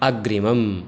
अग्रिमम्